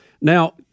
Now